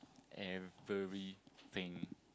everything